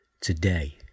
today